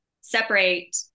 separate